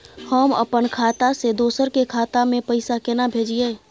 हम अपन खाता से दोसर के खाता में पैसा केना भेजिए?